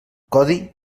codi